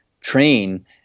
train